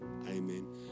amen